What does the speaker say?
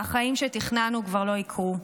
והחיים שתכננו כבר לא יקרו.